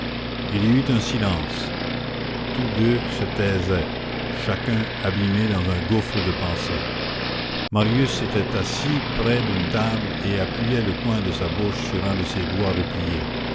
il y eut un silence tous deux se taisaient chacun abîmé dans un gouffre de pensées marius s'était assis près d'une table et appuyait le coin de sa bouche sur un de ses doigts replié